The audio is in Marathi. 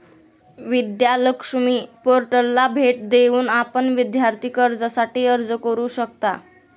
विद्या लक्ष्मी पोर्टलला भेट देऊन आपण विद्यार्थी कर्जासाठी अर्ज करू शकता